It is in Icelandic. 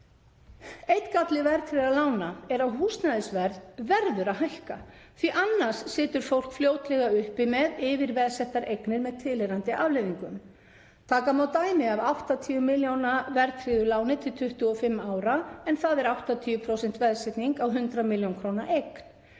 Einn galli verðtryggðra lána er að húsnæðisverð verður að hækka því annars situr fólk fljótlega uppi með yfirveðsettar eignir með tilheyrandi afleiðingum. Taka má dæmi af 80 milljóna verðtryggðu láni til 25 ára en það er 80% veðsetning á 100 millj. kr. eign.